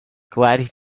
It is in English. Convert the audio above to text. glad